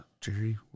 Jerry